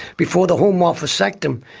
before the home office sacked him,